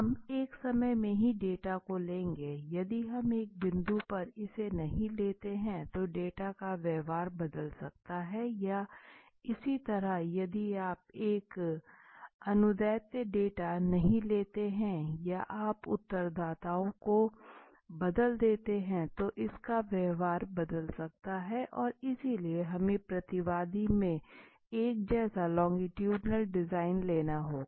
हम एक समय में में ही डाटा को लेंगे यदि हम एक बिंदु पर इसे नहीं लेते हैं तो डेटा का व्यवहार बदल सकता है या इसी तरह यदि आप एक अनुदैर्ध्य डेटा नहीं लेते हैं या आप उत्तरदाताओं को बदल देते हैं तो इसका व्यवहार बदल सकता है इसलिए हमे प्रतिवादी में एक जैसा लोगीटुडनल डिज़ाइन लेना होगा